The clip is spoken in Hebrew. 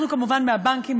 אנחנו כמובן מצפים מהבנקים,